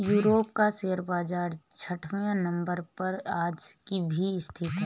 Europe का share बाजार छठवें नम्बर पर आज भी स्थित है